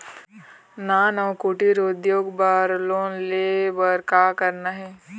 नान अउ कुटीर उद्योग बर लोन ले बर का करना हे?